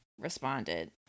responded